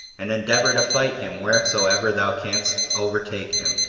and endeavor to fight him wheresoever thou canst overtake him.